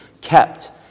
kept